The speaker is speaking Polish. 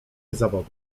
zawodu